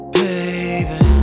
baby